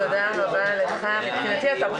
שתהיה לנו בכל זאת יכולת להסתכל האם אנחנו